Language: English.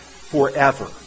forever